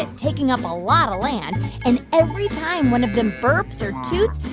and taking up a lot of land. and every time one of them burps or toots,